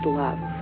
love